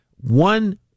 one